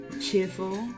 cheerful